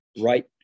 right